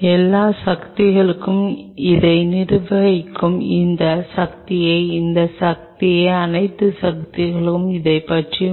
நாங்கள் எங்கள் பட்டியலுக்குச் சென்றால் அதைப் பற்றி பேசினால் இதைப் பற்றி